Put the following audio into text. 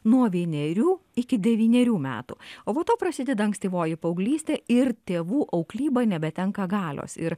nuo vienerių iki devynerių metų o po to prasideda ankstyvoji paauglystė ir tėvų auklyba nebetenka galios ir